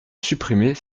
supprimer